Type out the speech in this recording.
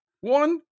One